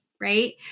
right